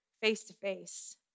face-to-face